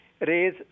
raise